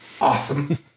awesome